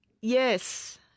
Yes